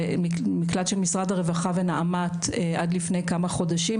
של משרד הרווחה ונעמ"ת עד לפני כמה חודשים,